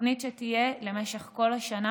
תוכנית שתהיה למשך כל השנה,